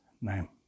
name